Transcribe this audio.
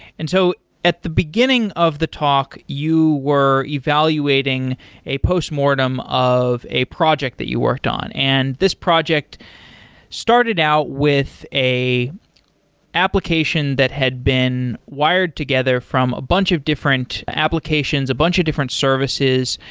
and so at the beginning of the talk, you were evaluating a post-mortem of a project that you worked on. and this project started out with a application that had been wired together from a bunch of different applications, a bunch of different services,